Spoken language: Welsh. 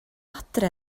adre